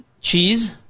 Cheese